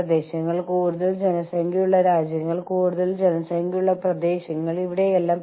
പ്രാദേശികമായി ലഭ്യമായ മാർബിൾ പാനീയങ്ങൾ ഞങ്ങൾക്കുണ്ടായിരുന്നു